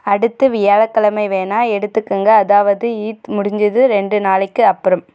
அடுத்த வியாழக்கிழமை வேணால் எடுத்துக்கோங்க அதாவது ஈத் முடிஞ்சது ரெண்டு நாளைக்கு அப்புறம்